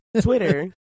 Twitter